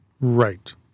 Right